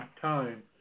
time